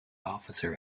officer